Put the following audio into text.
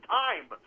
time